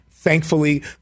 Thankfully